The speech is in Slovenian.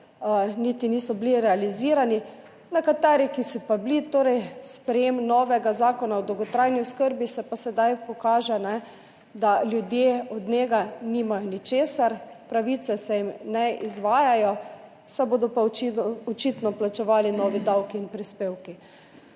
niti niso bili realizirani. Nekateri, ki so pa bili, torej sprejetje novega zakona o dolgotrajni oskrbi, se pa sedaj pokaže, da ljudje od njega nimajo ničesar, pravice se jim ne izvajajo, se bodo pa očitno plačevali novi davki in prispevki.